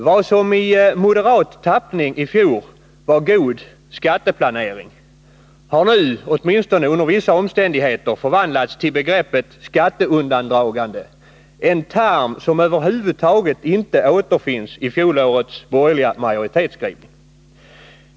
Vad som i moderat tappning i fjol var god skatteplanering har nu, åtminstone under vissa omständigheter, förvandlats till begreppet skatteundandragande — en term som över huvud taget inte återfinns i fjolårets borgerliga majoritetsskrivning.